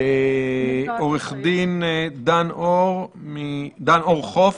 עו"ד דן אור-חוף